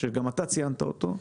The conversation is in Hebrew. שגם אתה ציינת אותו,